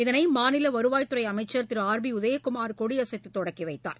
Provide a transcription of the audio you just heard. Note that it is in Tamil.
இதனைமாநிலவருவாய்த்துறைஅமைச்சா் திருஆர் பிஉதயகுமார் கொடியசைத்தொடங்கிவைத்தார்